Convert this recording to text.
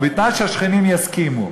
אבל בתנאי שהשכנים יסכימו.